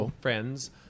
friends